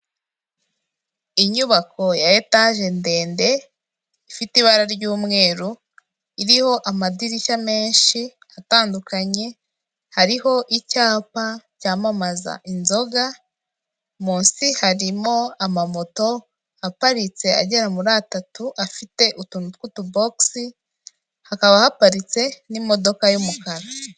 Inyubako ya etage ndende ifite ibara ry'umweru, iriho amadirishya menshi atandukanye, hariho icyapa cyamamaza inzoga, munsi harimo amamoto aparitse agera muri atatu afite utuntu tw'utubogisi, hakaba haparitse n'imodoka y'umukara.